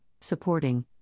supporting